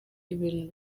ibintu